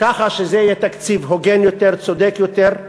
ככה שזה יהיה תקציב הוגן יותר, צודק יותר.